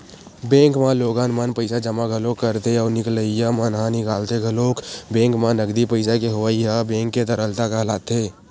bank म लोगन मन पइसा जमा घलोक करथे अउ निकलइया मन ह निकालथे घलोक बेंक म नगदी पइसा के होवई ह बेंक के तरलता कहलाथे